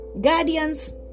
guardians